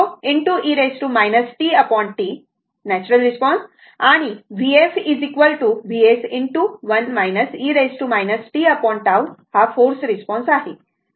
तर vn v0 e tT natural response आणि Vf Vs 1 e tT हा force response आहे